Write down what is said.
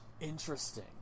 Interesting